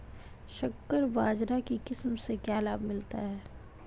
संकर बाजरा की किस्म से क्या लाभ मिलता है?